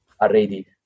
already